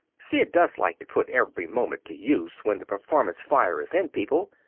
sid does like to put every moment to use when the performance-fire is in people,